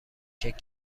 کرد